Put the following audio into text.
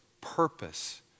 purpose